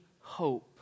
hope